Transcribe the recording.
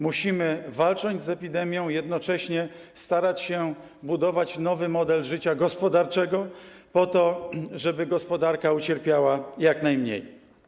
Musimy, walcząc z epidemią, jednocześnie starać się budować nowy model życia gospodarczego po to, żeby gospodarka ucierpiała jak najmniej.